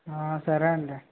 సరే అండి